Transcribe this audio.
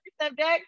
subject